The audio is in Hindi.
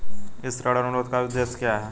इस ऋण अनुरोध का उद्देश्य क्या है?